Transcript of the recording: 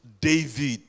David